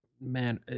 man